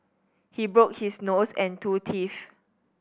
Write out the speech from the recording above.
he broke his nose and two teeth